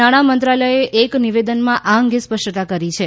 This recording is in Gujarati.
નાણામંત્રાલયે એક નિવેદનમાં આ અંગે સ્પષ્ટતા કરી છે